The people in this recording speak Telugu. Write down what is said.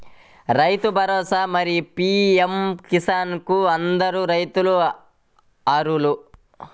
రైతు భరోసా, మరియు పీ.ఎం కిసాన్ కు అందరు రైతులు అర్హులా?